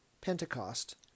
Pentecost